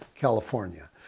California